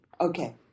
Okay